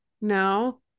no